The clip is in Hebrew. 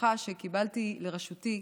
והרווחה שקיבלתי לראשותי,